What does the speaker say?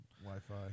Wi-Fi